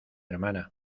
hermana